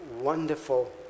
wonderful